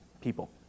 people